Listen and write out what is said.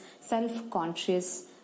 self-conscious